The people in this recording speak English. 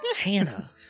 Hannah